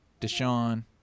Deshaun